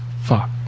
Fuck